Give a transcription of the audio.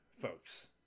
folks